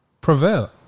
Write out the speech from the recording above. Prevail